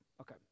Okay